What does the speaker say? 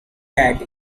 cat